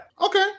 okay